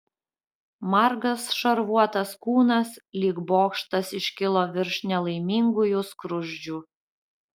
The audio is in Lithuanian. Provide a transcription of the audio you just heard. margas šarvuotas kūnas lyg bokštas iškilo virš nelaimingųjų skruzdžių